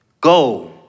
Go